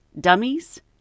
dummies